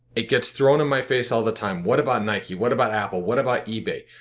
it gets thrown in my face all the time. what about nike? what about apple? what about ebay?